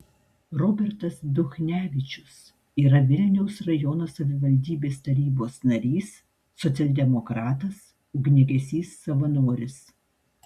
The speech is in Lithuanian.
robertas duchnevičius yra vilniaus rajono savivaldybės tarybos narys socialdemokratas ugniagesys savanoris